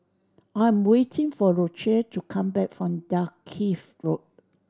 I am waiting for Rochelle to come back from Dalkeith Road